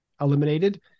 eliminated